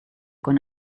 con